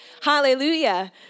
Hallelujah